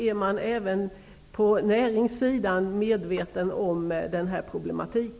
Är man även på näringssidan medveten om denna problematik?